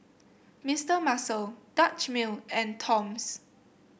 Mister Muscle Dutch Mill and Toms